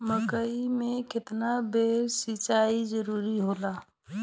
मकई मे केतना बेर सीचाई जरूरी होला?